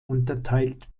unterteilt